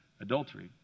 adultery